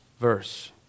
verse